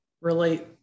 relate